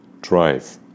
drive